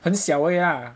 很小而已 ah